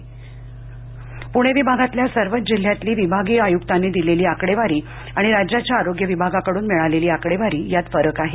प्णे विभागातल्या सर्वच जिल्ह्यातली विभागीय आयुक्तांनी दिलेली आकडेवारी आणि राज्याच्या आरोग्य विभागाकडून मिळालेली आकडेवारी यात फरक आहे